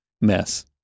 mess